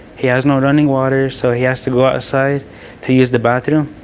he has no running water, so he has to go outside to use the bathroom.